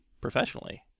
professionally